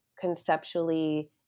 conceptually